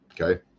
Okay